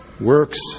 works